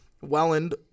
Welland